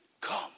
Come